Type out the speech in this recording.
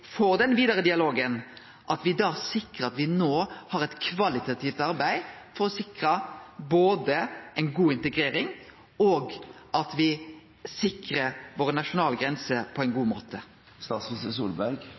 den vidare dialogen sikrar at me har eit kvalitativt arbeid, for å sikre både ei god integrering og våre nasjonale grenser på ein